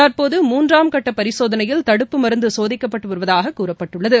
தற்போது மூன்றாம் கட்ட பரிசோதனையில் தடுப்பு மருந்து சோதிக்கப்பட்டு வருவதாக கூறப்பட்டுள்ளது